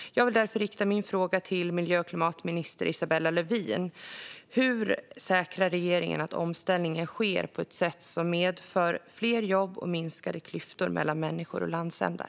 Jag vill därför rikta min fråga till miljö och klimatminister Isabella Lövin: Hur säkrar regeringen att omställningen sker på ett sätt som medför fler jobb och minskade klyftor mellan människor och landsändar?